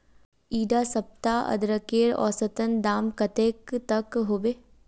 इडा सप्ताह अदरकेर औसतन दाम कतेक तक होबे?